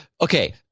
Okay